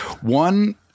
One